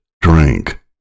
Drink